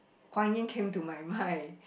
Guan-Yin came to my mind